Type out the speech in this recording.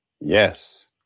Yes